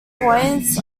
points